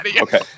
okay